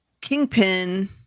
kingpin